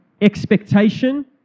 expectation